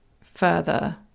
further